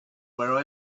where